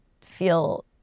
feel